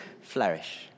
flourish